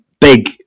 big